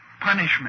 Punishment